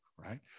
right